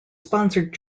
sponsored